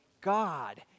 God